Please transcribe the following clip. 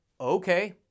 okay